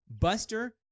Buster